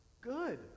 good